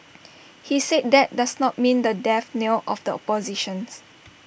he said that does not mean the death knell of the opposition